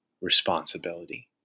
responsibility